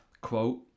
quote